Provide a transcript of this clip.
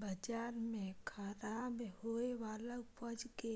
बाजार में खराब होय वाला उपज के